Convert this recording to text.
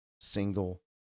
single